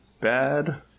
bad